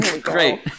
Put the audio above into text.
Great